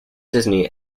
disney